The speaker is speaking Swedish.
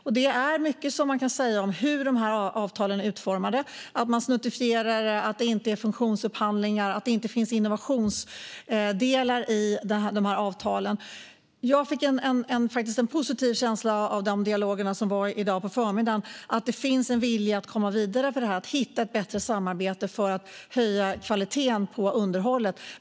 Det finns mycket man kan säga om hur avtalen är utformade. De snuttifieras, det är inte funktionsupphandlingar och det finns inte några innovationsdelar i avtalet. Jag fick en positiv känsla av de dialoger som fördes i dag på förmiddagen; det finns en vilja av att komma vidare och hitta ett bättre samarbete för att höja kvaliteten på underhållet.